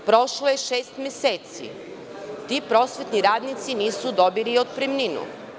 Prošlo je šest meseci i ti prosvetni radnici nisu dobili otpremninu.